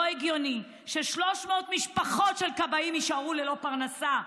לא הגיוני ש-300 משפחות של כבאים יישארו ללא פרנסה.